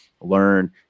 learn